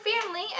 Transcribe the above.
family